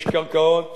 יש קרקעות